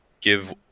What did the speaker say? give